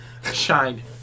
shine